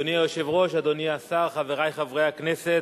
אדוני היושב-ראש, אדוני השר, חברי חברי הכנסת,